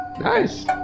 Nice